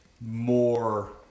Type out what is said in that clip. more